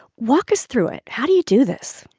walk us through it. how do you do this?